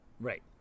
Right